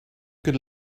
good